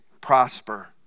prosper